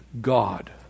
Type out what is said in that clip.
God